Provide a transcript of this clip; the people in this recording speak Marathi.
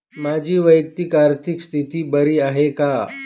माझी वैयक्तिक आर्थिक स्थिती बरी आहे का?